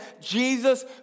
Jesus